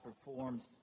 performs